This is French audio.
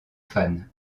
fans